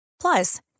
Plus